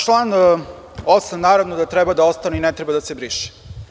Član 8. naravno da treba da ostane i ne treba da se briše.